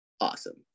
awesome